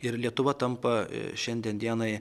ir lietuva tampa šiandien dienai